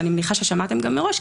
ואני מניחה ששמעתם גם מראש,